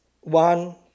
One